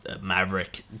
Maverick